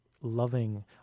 loving